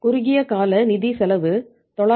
குறுகிய கால நிதி செலவு 966